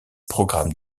programme